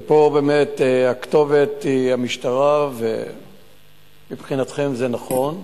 ופה באמת הכתובת היא המשטרה, ומבחינתכם זה נכון.